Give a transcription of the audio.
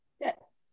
Yes